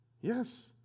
Yes